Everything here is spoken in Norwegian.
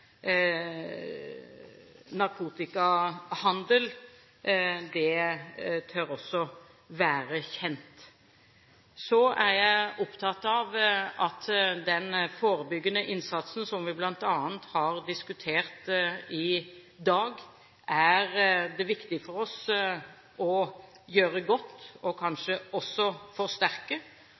narkotikahandel, tør det også være kjent. Så er jeg opptatt av den forebyggende innsatsen som vi bl.a. har diskutert i dag, som det er viktig for oss å gjøre godt og også forsterke. Vi må også ha for